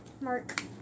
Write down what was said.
Mark